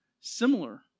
Similar